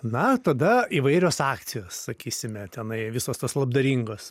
na tada įvairios akcijos sakysime tenai visos tos labdaringos